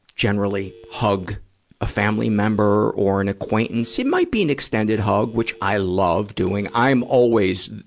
generally hug a family member or an acquaintance. it might be an extended hug, which i love doing. i'm always,